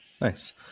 Nice